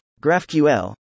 GraphQL